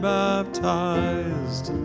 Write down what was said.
baptized